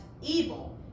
Evil